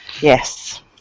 Yes